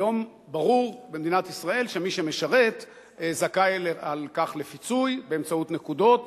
היום ברור במדינת ישראל שמי שמשרת זכאי על כך לפיצוי באמצעות נקודות